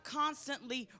constantly